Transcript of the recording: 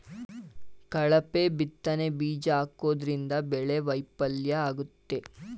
ಕಳಪೆ ಬಿತ್ತನೆ ಬೀಜ ಹಾಕೋದ್ರಿಂದ ಬೆಳೆ ವೈಫಲ್ಯ ಆಗುತ್ತೆ